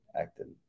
acting